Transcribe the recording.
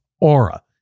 Aura